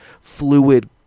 fluid